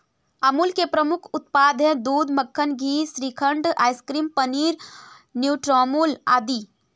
अमूल के प्रमुख उत्पाद हैं दूध, मक्खन, घी, श्रीखंड, आइसक्रीम, पनीर, न्यूट्रामुल आदि